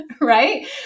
right